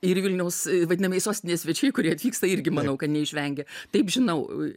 ir vilniaus vadinamieji sostinės svečiai kurie atvyksta irgi manau kad neišvengia taip žinau